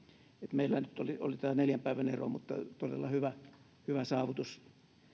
meillä nyt oli tämä neljän päivän ero mutta todella hyvä hyvä saavutus